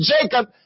Jacob